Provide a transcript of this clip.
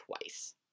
twice